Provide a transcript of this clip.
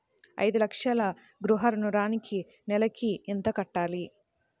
ఐదు లక్షల గృహ ఋణానికి నెలకి ఎంత కట్టాలి?